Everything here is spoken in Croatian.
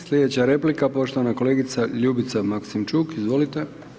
Slijedeća replika poštovana kolegica Ljubica Maksimčuk, izvolite.